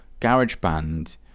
GarageBand